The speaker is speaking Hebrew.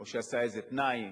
או שעשה איזה תנאי